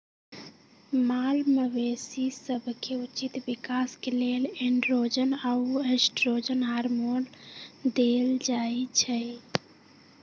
माल मवेशी सभके उचित विकास के लेल एंड्रोजन आऽ एस्ट्रोजन हार्मोन देल जाइ छइ